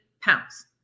pounds